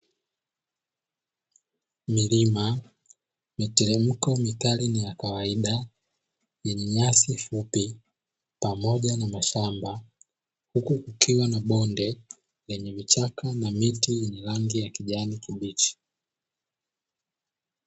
Milima, miteremko mikali na ya kawaida yenye nyasi fupi pamoja na mashamba, huku kukiwa na bonde lenye vichaka na miti yenye rangi ya kijani kibichi.